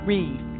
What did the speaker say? Read